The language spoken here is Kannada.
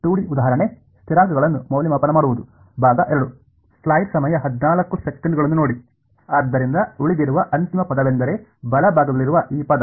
ಆದ್ದರಿಂದ ಉಳಿದಿರುವ ಅಂತಿಮ ಪದವೆಂದರೆ ಬಲಭಾಗದಲ್ಲಿರುವ ಈ ಪದ